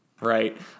Right